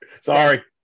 sorry